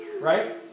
Right